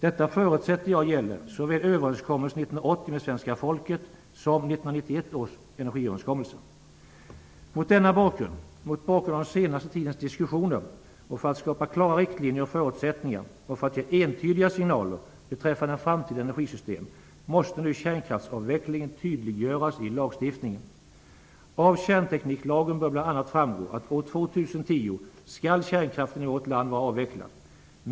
Detta förutsätts gälla såväl överenskommelsen 1980 med svenska folket som Mot denna bakgrund, mot bakgrund av den senaste tidens diskussioner och för att skapa klara riktlinjer och förutsättningar samt för att ge entydiga signaler beträffande framtida energisystem måste nu kärnkraftsavvecklingen tydliggöras i lagstiftningen. Av kärntekniklagen bör framgå bl.a. att år 2010 skall kärnkraften i vårt land vara avvecklad.